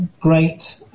great